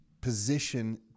position